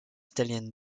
italienne